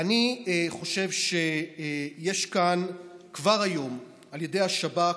אני חושב שיש כאן כבר היום על ידי השב"כ